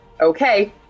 Okay